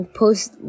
post